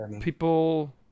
people